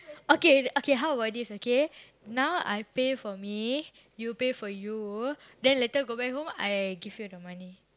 okay okay how about this okay now I pay for me you pay for you then later go back home I give you the money